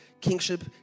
Kingship